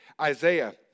Isaiah